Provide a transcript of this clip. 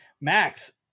Max